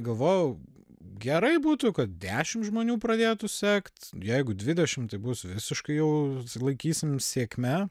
galvojau gerai būtų kad dešim žmonių pradėtų sekt jeigu dvidešim tai bus visiškai jau laikysim sėkme